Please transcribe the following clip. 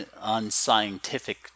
unscientific